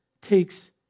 takes